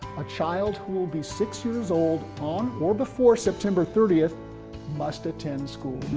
a child who will be six-years-old on or before september thirtieth must attend school.